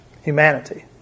humanity